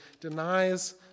denies